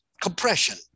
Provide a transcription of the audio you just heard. compression